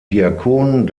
diakon